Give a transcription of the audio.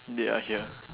they are here